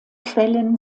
quellen